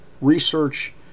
research